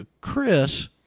Chris